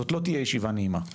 זאת לא תהיה ישיבה נעימה,